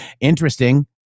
Interesting